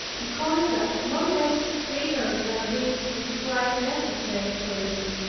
a conduct no less rigorous than this was quite necessary for me.